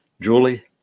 Julie